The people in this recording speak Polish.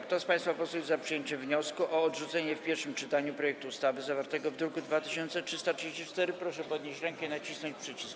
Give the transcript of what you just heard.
Kto z państwa posłów jest za przyjęciem wniosku o odrzucenie w pierwszym czytaniu projektu ustawy zawartego w druku nr 2334, proszę podnieść rękę i nacisnąć przycisk.